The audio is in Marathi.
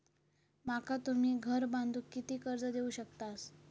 माका तुम्ही घर बांधूक किती कर्ज देवू शकतास?